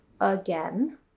again